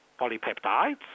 polypeptides